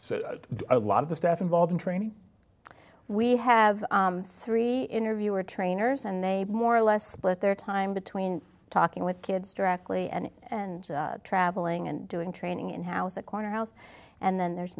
so a lot of the staff involved in training we have three interviewer trainers and they more or less split their time between talking with kids directly and and travelling and doing training in house a corner house and then there's